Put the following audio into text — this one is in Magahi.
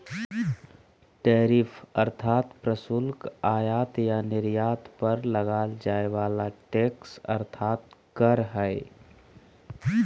टैरिफ अर्थात् प्रशुल्क आयात या निर्यात पर लगाल जाय वला टैक्स अर्थात् कर हइ